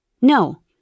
No